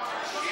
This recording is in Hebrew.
מחלישים אותה.